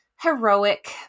heroic